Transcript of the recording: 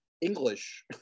English